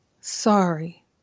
sorry